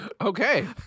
Okay